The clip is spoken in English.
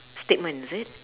statement is it